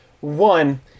One